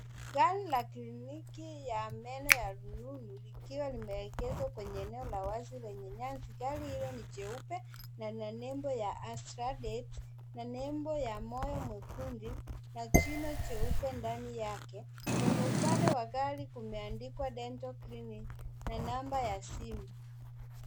Gari la kliniki ya meno ya rununu likiwa limeegeshwa kwenye eneo la wazi lenye nyasi. Gari hilo ni jeupe na lina nembo ya Astra Date na nembo ya moyo mwekundu na jino jeupe ndani yake. Kwenye upande wa gari kumeandikwa dental clinic na namba ya simu.